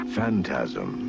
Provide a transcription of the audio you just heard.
Phantasm